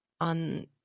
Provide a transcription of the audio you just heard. on